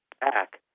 back